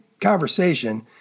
conversation